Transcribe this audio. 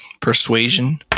persuasion